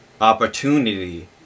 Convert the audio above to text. Opportunity